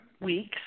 weeks